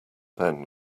then